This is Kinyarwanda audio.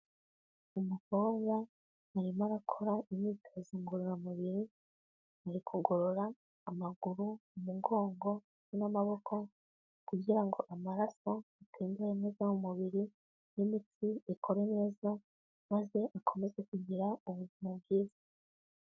Umukobwa arimo arakora imyitozo ngororamubiri ari kugorora amaguru, umugongo, n'amaboko kugira ngo amaraso atembere neza mu mubiri n'imitsi ikore neza, maze akomeze kugira ubuzima bwiza.